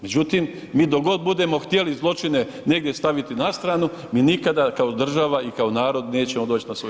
Međutim, mi dok god budemo htjeli zločine negdje staviti na stranu, mi nikada kao država i kao narod nećemo doći na svoju